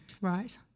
Right